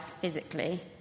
physically